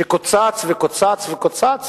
שקוצץ וקוצץ וקוצץ,